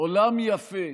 עולם יפה